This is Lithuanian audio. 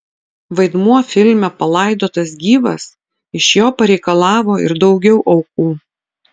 vaidmuo filme palaidotas gyvas iš jo pareikalavo ir daugiau aukų